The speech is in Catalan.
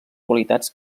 qualitats